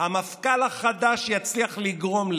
המפכ"ל החדש יצליח לגרום,